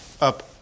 up